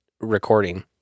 recording